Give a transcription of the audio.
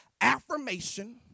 affirmation